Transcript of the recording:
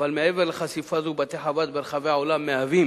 אבל מעבר לחשיפה זו, בתי-חב"ד ברחבי העולם מהווים